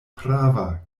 prava